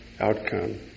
outcome